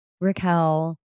Raquel